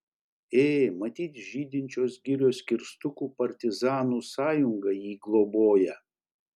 ė matyt žydinčios girios kirstukų partizanų sąjunga jį globoja